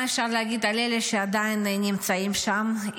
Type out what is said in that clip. מה אפשר להגיד על אלה שעדיין נמצאים שם,